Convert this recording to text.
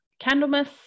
Candlemas